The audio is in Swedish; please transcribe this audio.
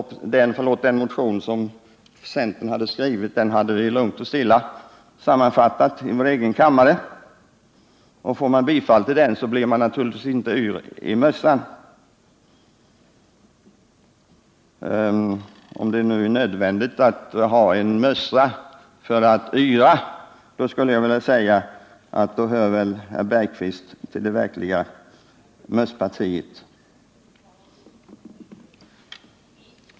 Vi författade vår motion i lugn och ro enligt egna intentioner, och får man sin motion tillstyrkt, så blir man naturligtvis inte yr i mössan. Jag måste fråga: Var det inte i det läget folkpartiet som hade anledning att yra? Och om det nu är nödvändigt att ha en mössa för att yra, skulle jag vilja säga att då hör nog herr Bergqvist till det verkliga mösspartiet.